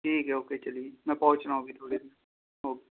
ٹھیک ہے اوکے چلیے میں پہنچ رہا ہوں ابھی تھوڑی دیر میں اوکے